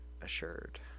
assured